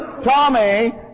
Tommy